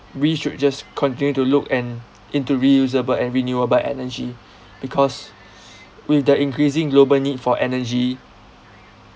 we should just continue to look and into reusable and renewable energy because with the increasing global need for energy